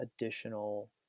additional